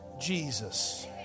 Jesus